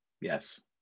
Yes